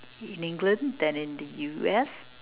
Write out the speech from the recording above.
in England than in the U_S